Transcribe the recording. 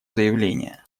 заявление